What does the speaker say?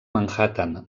manhattan